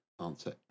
answer